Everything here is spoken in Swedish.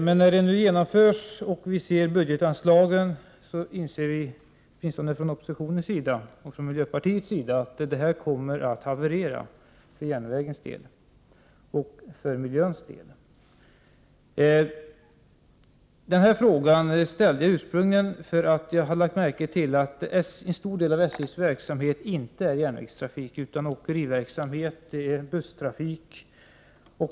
Men när beslutet nu genomförs och vi ser budgetanslagen inser vi, åtminstone från oppositionens och från miljöpartiets sida, att detta kommer att haverera för järnvägens och för miljöns del. Jag ställde ursprungligen denna fråga därför att jag hade lagt märke till att en stor del av SJ:s verksamhet inte är järnvägstrafik utan åkeriverksamhet och busstrafik.